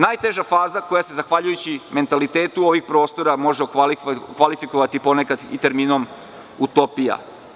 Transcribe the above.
Najteža faza koja se zahvaljujući mentalitetu ovih prostora može okvalifikovati ponekad i terminom utopija.